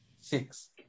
Six